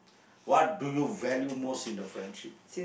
what do you value most in the friendship